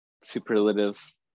superlatives